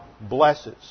blesses